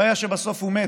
הבעיה היא שבסוף הוא מת.